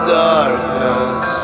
darkness